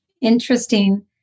interesting